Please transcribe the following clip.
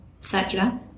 circular